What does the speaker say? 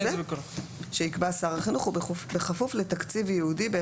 שיקבע שר החינוך ובכפוף לתקציב ייעודי בהתאם